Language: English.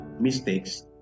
mistakes